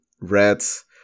Red's